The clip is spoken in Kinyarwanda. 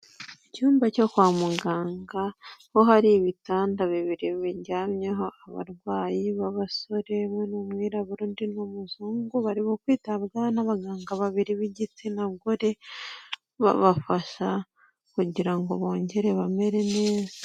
Icyumba cyo kwa muganga ho hari ibitanda bibiri biryamyeho abarwayi b'abasore umwe ni umwirabura undi ni umuzungu, barimo kwitabwaho n'abaganga babiri b'igitsina gore, babafasha kugira ngo bongere bamere neza.